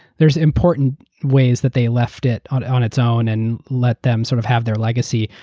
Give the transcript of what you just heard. there are important ways that they left it on on its own and let them sort of have their legacy,